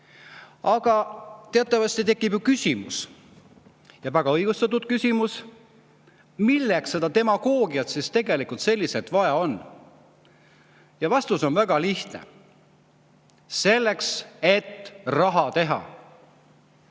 teatavasti tekib ju küsimus, ja väga õigustatud küsimus, milleks seda demagoogiat siis tegelikult vaja on. Ja vastus on väga lihtne: selleks, et raha teha.